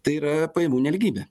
tai yra pajamų nelygybė